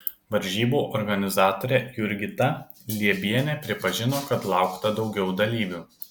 varžybų organizatorė jurgita liebienė pripažino kad laukta daugiau dalyvių